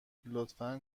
لطفا